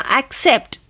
accept